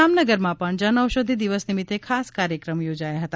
જામનગરમાં પણ જન ઔષધિ દિવસ નિમિત્તે ખાસ કાર્યક્રમ યોજાયો હતો